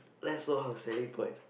that's all her standing point